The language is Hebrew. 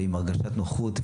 ועם הרגשת נוחות.